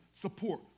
support